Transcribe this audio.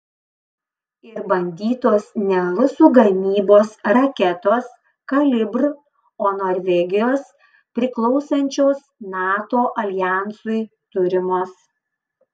ir bandytos ne rusų gamybos raketos kalibr o norvegijos priklausančios nato aljansui turimos